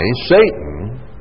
Satan